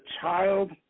child